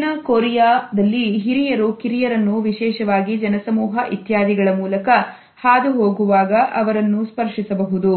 ದಕ್ಷಿಣ ಕೊರಿಯಾದಲ್ಲಿ ಹಿರಿಯರು ಕಿರಿಯರನ್ನು ವಿಶೇಷವಾಗಿ ಜನಸಮೂಹ ಇತ್ಯಾದಿಗಳ ಮೂಲಕ ಹಾದುಹೋಗುವಾಗ ಅವರನ್ನು ಸ್ಪರ್ಶಿಸಬಹುದು